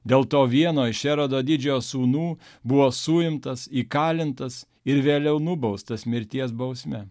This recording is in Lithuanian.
dėl to vieno iš erodo didžiojo sūnų buvo suimtas įkalintas ir vėliau nubaustas mirties bausme